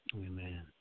Amen